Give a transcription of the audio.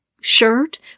shirt